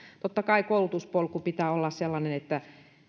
totta kai koulutuspolun pitää olla sellainen että